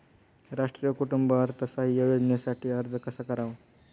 राष्ट्रीय कुटुंब अर्थसहाय्य योजनेसाठी अर्ज कसा करावा?